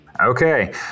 Okay